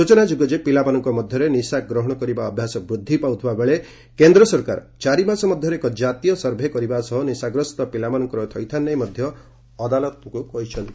ସୂଚନାଯୋଗ୍ୟ ଯେ ପିଲାମାନଙ୍କ ମଧ୍ୟରେ ନିଶା ଗ୍ରହଣ କରିବା ଅଭ୍ୟାସ ବୃଦ୍ଧି ପାଉଥିବା ବେଳେ କେନ୍ଦ୍ର ସରକାର ଚାରିମାସ ମଧ୍ୟରେ ଏକ ଜାତୀୟ ସର୍ଭେ କରିବା ସହ ନିଶାଗ୍ରସ୍ତ ପିଲାମାନଙ୍କର ଥଇଥାନ ନେଇ ମଧ୍ୟ ଅଦାଲତଙ୍କୁ କହିଛନ୍ତି